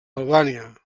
albània